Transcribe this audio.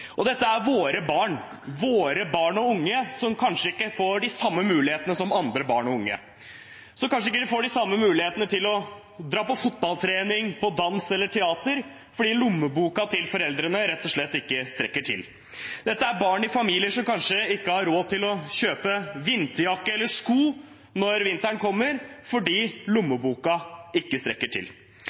og unge som kanskje ikke får de samme mulighetene som andre barn og unge, som kanskje ikke får de samme mulighetene til å dra på fotballtrening, dans eller teater, fordi lommeboka til foreldrene rett og slett ikke strekker til. Dette er barn i familier som kanskje ikke har råd til å kjøpe vinterjakke eller sko når vinteren kommer, fordi lommeboka ikke strekker til.